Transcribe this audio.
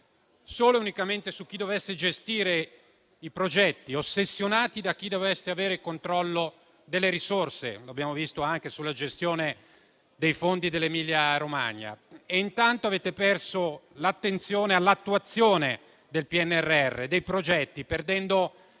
solo e unicamente su chi dovesse gestire i progetti, ossessionati da chi dovesse avere il controllo delle risorse - come abbiamo visto anche sulla gestione dei fondi dell'Emilia-Romagna - perdendo intanto l'attenzione all'attuazione dei progetti del